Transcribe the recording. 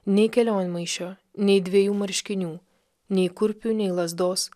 nei kelionmaišio nei dvejų marškinių nei kurpių nei lazdos